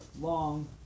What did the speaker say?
long